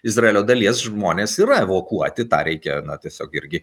izraelio dalies žmonės yra evakuoti tą reikia na tiesiog irgi